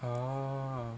oh